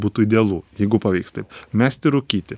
būtų idealu jeigu pavyks tai mesti rūkyti